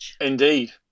Indeed